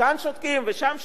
כאן שותקים, ושם שותקים,